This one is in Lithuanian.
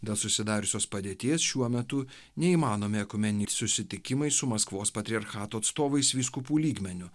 dėl susidariusios padėties šiuo metu neįmanomi ekumeniniai susitikimai su maskvos patriarchato atstovais vyskupų lygmeniu